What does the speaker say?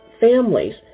families